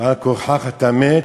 ועל כורחך אתה מת,